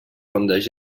rondes